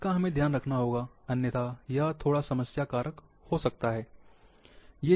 इसका हमें ध्यान रखना होगा अन्यथा यह थोड़ा समस्या कारक हो सकता है